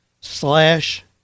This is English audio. slash